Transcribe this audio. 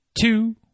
two